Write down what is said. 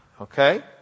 Okay